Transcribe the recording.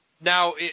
Now